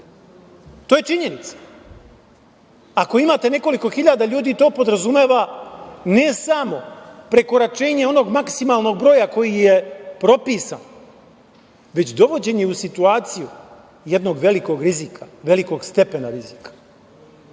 To je činjenica. Ako imate nekoliko hiljada ljudi, to podrazumeva ne samo prekoračenje onog maksimalnog broja koji je propisan, već dovođenje u situaciju jednog velikog rizika, velikog stepena rizika.